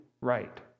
right